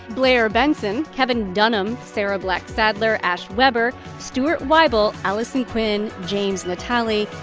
blair benson, kevin dunham, sarah black sadler, ash weber, stuart weibel, allyson quinn, james natale,